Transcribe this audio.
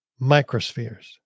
microspheres